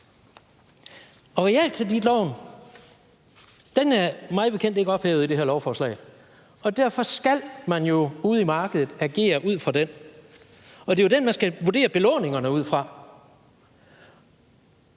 og realkreditloven er mig bekendt ikke ophævet i det her lovforslag. Derfor skal man jo ude på markedet agere ud fra den, og det er jo den, man skal vurdere belåningerne ud fra.